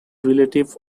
relative